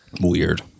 Weird